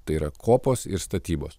tai yra kopos ir statybos